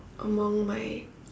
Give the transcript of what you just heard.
among my